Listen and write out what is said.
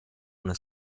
una